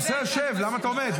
אז שב, למה אתה עומד?